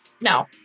No